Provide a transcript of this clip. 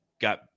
got